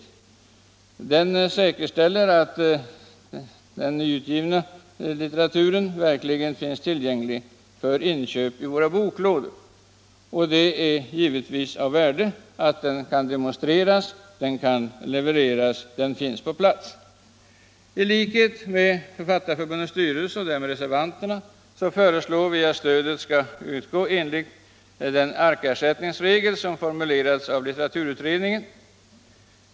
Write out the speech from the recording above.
Detta säkerställer att den nya litteraturen verkligen finns tillgänglig för inköp i våra boklådor. Det är givetvis av värde att den kan demonstreras, levereras och finns på plats. I likhet med Författarförbundets styrelse och därmed reservanterna föreslår vi att stödet skall utgå enligt den arkersättningsregel som formulerats av litteraturutredningen.